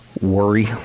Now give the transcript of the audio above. worry